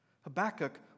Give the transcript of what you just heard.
Habakkuk